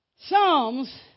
Psalms